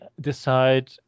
decide